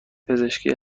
پزشکی